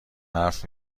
حرف